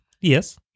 Yes